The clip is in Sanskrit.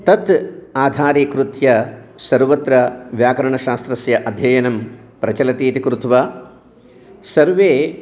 तत् आधारीकृत्य सर्वत्र व्याकरणशास्त्रस्य अध्ययनं प्रचलति इति कृत्वा सर्वे